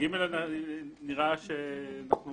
ההנחה היא שאנחנו